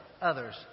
others